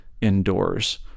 indoors